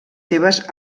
seves